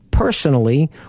Personally